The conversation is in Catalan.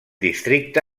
districte